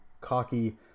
cocky